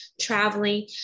traveling